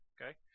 okay